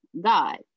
God